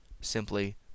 simply